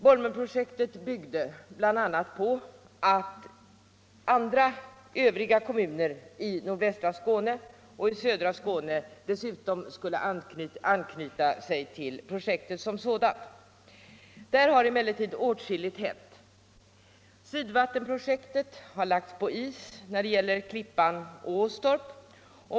Bolmenprojektet byggde bl.a. på att övriga kommuner i nordvästra Skåne och i södra Skåne dessutom skulle ansluta sig till projektet som sådant. Där har emellertid åtskilligt hänt. Sydvattenprojektet har lagts på is när det gäller Klippan och Åstorp.